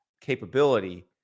capability